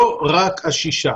לא רק השישה.